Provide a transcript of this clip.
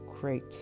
great